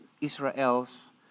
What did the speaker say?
Israel's